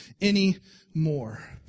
anymore